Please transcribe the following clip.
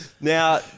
now